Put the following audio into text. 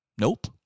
Nope